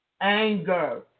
Anger